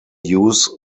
use